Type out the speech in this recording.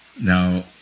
Now